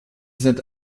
sind